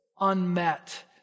unmet